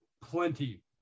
plenty